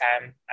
time